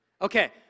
Okay